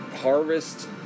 Harvest